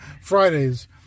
Fridays